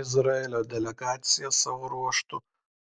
izraelio delegacija savo ruožtu